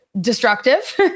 destructive